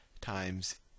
times